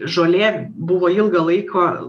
žolė buvo ilgą laiką